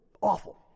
awful